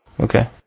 Okay